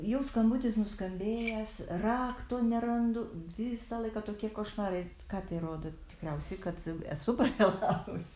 jau skambutis nuskambėjęs rakto nerandu visą laiką tokie košmarai ką tai rodo tikriausiai kad esu pavėlavus